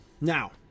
Now